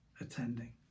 attending